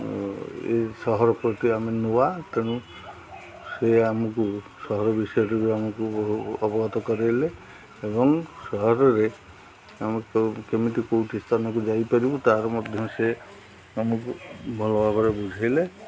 ଏ ସହର ପ୍ରତି ଆମେ ନୂଆ ତେଣୁ ସେ ଆମକୁ ସହର ବିଷୟରେ ବି ଆମକୁ ବହୁ ଅବଗତ କରେଇଲେ ଏବଂ ସହରରେ ଆମେ କେମିତି କେଉଁଠି ସ୍ଥାନକୁ ଯାଇପାରିବୁ ତାର ମଧ୍ୟ ସେ ଆମକୁ ଭଲ ଭାବରେ ବୁଝେଇଲେ